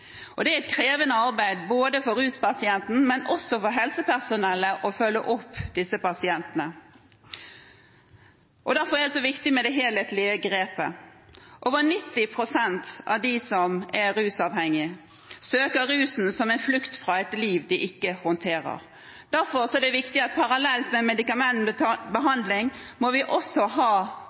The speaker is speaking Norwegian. Det er et krevende arbeid for ruspasienten, men også for helsepersonellet som skal følge opp disse pasientene. Derfor er det så viktig med det helhetlige grepet. Over 90 pst. av dem som er rusavhengige, søker rusen som en flukt fra et liv de ikke håndterer. Derfor er det viktig at parallelt med medikamentell behandling må vi også ha